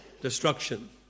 destruction